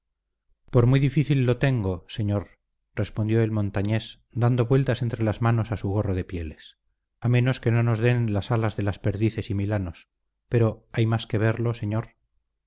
por muy difícil lo tengo señor respondió el montañés dando vueltas entre las manos a su gorro de pieles a menos que no nos den las alas de las perdices y milanos pero hay más que verlo señor